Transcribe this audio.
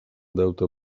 deute